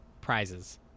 prizes